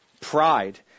pride